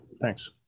thanks